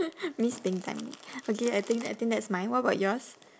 miss being dynamic okay I think I think that's mine what about yours